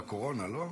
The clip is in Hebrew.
בקורונה, לא?